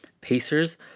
pacers